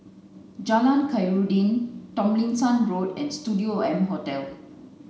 Jalan Khairuddin Tomlinson Road and Studio M Hotel